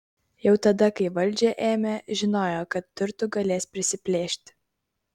jau tada kai valdžią ėmė žinojo kad turtų galės prisiplėšti